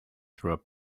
through